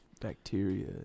bacteria